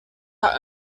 are